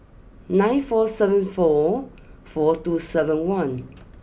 nine four seven four four two seven one